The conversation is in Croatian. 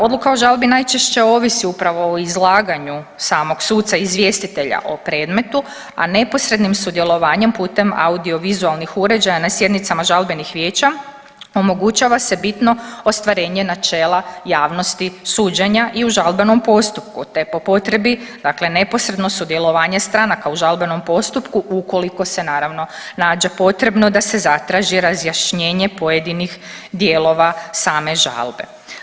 Odluka o žalbi najčešće ovisi upravo o izlaganju samog suca izvjestitelja o predmetu, a neposrednim sudjelovanjem putem audio vizualnih uređaja na sjednicama žalbenih vijeća omogućava se bitno ostvarenje načela javnosti suđenja i u žalbenom postupku, te po potrebi dakle neposredno sudjelovanje stranaka u žalbenom postupku ukoliko se naravno nađe potrebno da se zatraži razjašnjenje pojedinih dijelova same žalbe.